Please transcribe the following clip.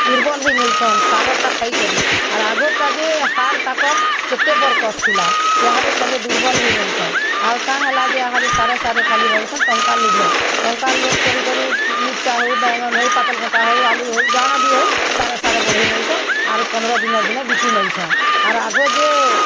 ଦୁର୍ବଲ୍ ହେଇ ନଉଛନ୍ ସାରଟା ଖାଇକରି ଆର୍ ଆଘର୍ ଟା ଯେ ହାଡ଼ ତାକର୍ କେତେ ବରକସ୍ ଥିଲା ଇହାଦେ ସଭେ ଦୁର୍ବଲ୍ ହେଇ ଯାଁଉଛନ୍ ଆଉ କାଁ ହେଲା ଯେ ଆହାଦେ ସାରେ ସାରେ ଖାଲି ଟଙ୍କା ଲୁଭେ ଟଙ୍କା ଲୋଭ୍ କରି କରି ମିର୍ଚ୍ଚା ହେଉ ବାଁଏଗନ୍ ହେଉ ପାତଲଘଣ୍ଟା ହେଉ ଆଲୁ ହେଉ ଜାଣା ବି ହେଉ ସାରେ ସାରେ ବଢ଼େଇ ନେଉଛନ୍ ଆରୁ ପନ୍ଦର ଦିନର୍ ଦିନେ ବିକି ନଉଛନ୍ ଆର୍ ଆଘୋ ଯେ